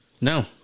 No